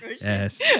Yes